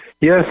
Yes